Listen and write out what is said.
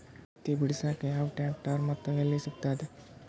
ಹತ್ತಿ ಬಿಡಸಕ್ ಯಾವ ಟ್ರ್ಯಾಕ್ಟರ್ ಮತ್ತು ಎಲ್ಲಿ ಸಿಗತದ?